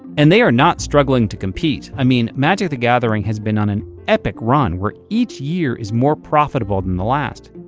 and they are not struggling to compete. i mean magic the gathering has been on an epic run where each year is more profitable than the last.